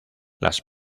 las